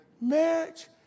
Marriage